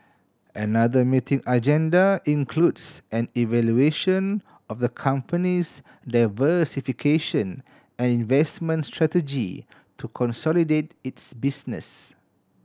another meeting agenda includes an evaluation of the company's diversification and investment strategy to consolidate its business